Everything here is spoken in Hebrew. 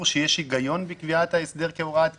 שיש היגיון בקביעת ההסדר כהוראת קבע,